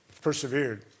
persevered